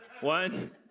One